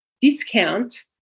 discount